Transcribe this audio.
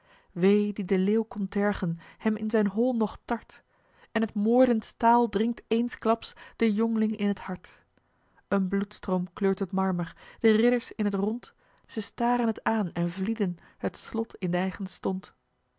wee die den leeuw komt tergen hem in zijn hol nog tart en t moordend staal dringt eenklaps den jong'ling in t hart een bloedstroom kleurt het marmer de ridders in het rond ze staren t aan en vlieden het slot in d'eigen stond